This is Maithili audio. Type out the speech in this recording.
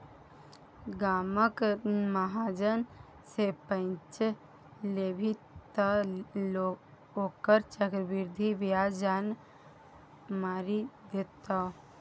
गामक महाजन सँ पैंच लेभी तँ ओकर चक्रवृद्धि ब्याजे जान मारि देतौ